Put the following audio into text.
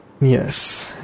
Yes